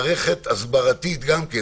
מערכת הסברתית גם כן.